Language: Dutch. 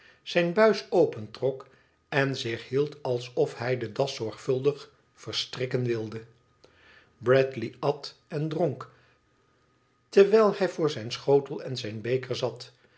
zijn buis opentrok en zich lueld alsof hij de das zorgvuldig verstrikken wilde bradley at en dronk terwijl hij voor zijn schotel en zijn beker zat